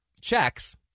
checks